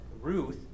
Ruth